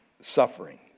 suffering